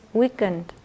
weakened